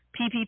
PPP